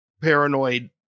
paranoid